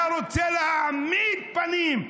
אתה רוצה להעמיד פנים: